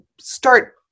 start